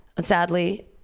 sadly